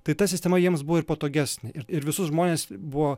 tai ta sistema jiems buvo ir patogesnė ir ir visus žmones buvo